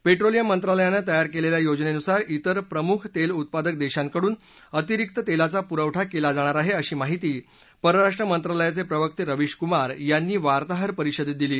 petroleum मंत्रालयानं तयार केलेल्या योजनेनुसार विर प्रमुख तेल उत्पादक देशांकडून अतिरिक्त तेलाचा पुरवठा केला जाणार आहे अशी माहिती परराष्ट्र मंत्रालयाचे प्रवक्ते रवीश कुमार यांनी वार्ताहर परिषदेत दिली